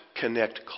connect